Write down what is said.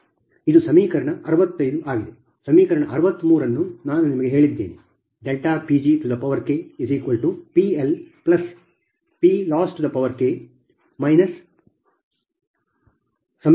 ಸಮೀಕರಣ 63 ಅನ್ನು ನಾನು ನಿಮಗೆ ಹೇಳಿದ್ದೇನೆ PgPLPLossK i1mPgi ಇದು ಸಮೀಕರಣ 66